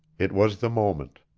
it was the moment.